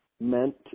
meant